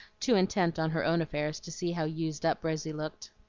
too intent on her own affairs to see how used up rosy looked.